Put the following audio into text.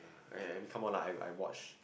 okay I mean come on lah I I watch